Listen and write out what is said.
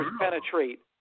penetrate